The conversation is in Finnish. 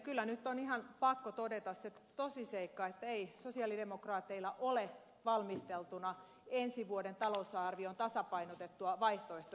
kyllä nyt on ihan pakko todeta se tosiseikka että ei sosialidemokraateilla ole valmisteltuna ensi vuoden talousarvion tasapainotettua vaihtoehtoa